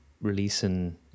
releasing